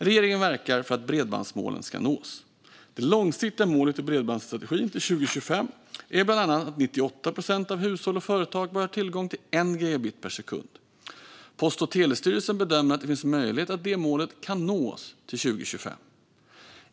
Regeringen verkar för att bredbandsmålen ska nås. Det långsiktiga målet i bredbandsstrategin till 2025 är bland annat att 98 procent av hushåll och företag bör ha tillgång till 1 gigabit per sekund. Post och telestyrelsen bedömer att det finns möjlighet att det målet kan nås till 2025.